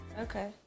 Okay